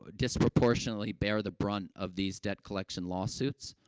ah disproportionately bear the brunt of these debt collection lawsuits,